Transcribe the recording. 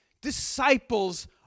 disciples